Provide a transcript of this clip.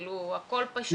כאילו הכול פשוט.